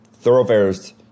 thoroughfares